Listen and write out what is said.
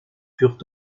furent